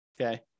okay